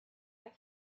der